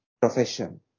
profession